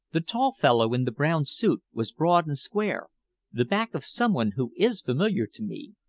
the tall fellow in the brown suit, was broad and square the back of someone who is familiar to me,